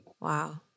Wow